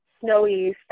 snowy